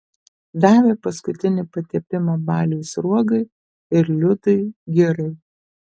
davė paskutinį patepimą baliui sruogai ir liudui girai